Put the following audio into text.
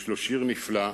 יש לו שיר נפלא,